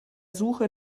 suche